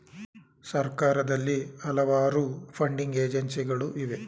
ಸರ್ಕಾರದಲ್ಲಿ ಹಲವಾರು ಫಂಡಿಂಗ್ ಏಜೆನ್ಸಿಗಳು ಇವೆ